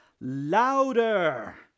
louder